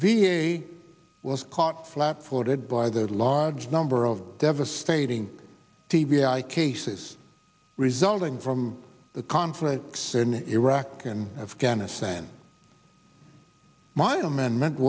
a was caught flatfooted by the large number of devastating t b i cases resulting from the conflicts in iraq and afghanistan my amendment